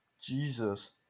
Jesus